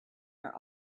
are